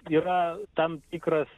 yra tam tikras